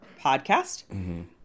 podcast